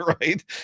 right